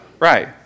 Right